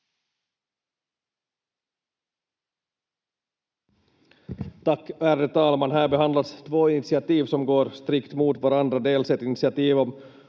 Tack, ärade talman! Här behandlas två initiativ som går strikt mot varandra, dels ett initiativ om